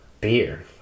beer